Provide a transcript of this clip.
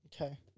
Okay